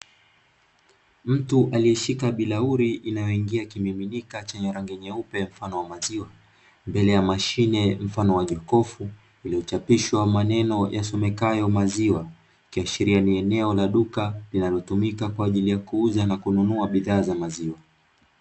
Mtu alieshika bilauli inayoingia kimiminika chenye rangi nyeupe mfano wa maziwa, mbele ya mashine mfano wa jokofu iliyochapishwa maneno yasomekayo maziwa, ikiashilia ni eneo la duka kwa ajili ya kuuza na kununua bidhaa za maziwa.